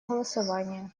голосование